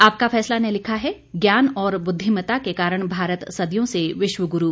आपका फैसला ने लिखा है ज्ञान और बुद्धिमता के कारण भारत सदियों से विश्वग्रु